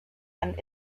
and